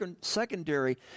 secondary